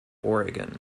oregon